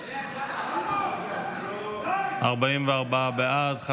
44 בעד,